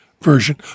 version